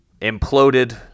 imploded